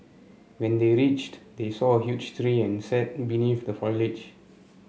when they reached they saw a huge tree and sat the foliage